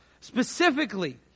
specifically